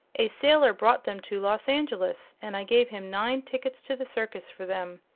a sailor brought them to los angeles and i gave him nine tickets to the circus for them.